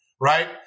right